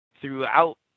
throughout